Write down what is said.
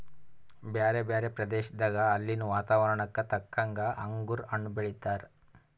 ಬ್ಯಾರೆ ಬ್ಯಾರೆ ಪ್ರದೇಶದಾಗ ಅಲ್ಲಿನ್ ವಾತಾವರಣಕ್ಕ ತಕ್ಕಂಗ್ ಅಂಗುರ್ ಹಣ್ಣ್ ಬೆಳೀತಾರ್